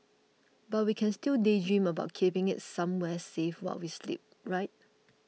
but we can still daydream about keeping it somewhere safe while we sleep right